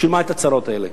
בשביל מה הצרות האלה?